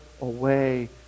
away